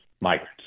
migrants